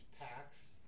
packs